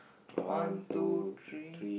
one two three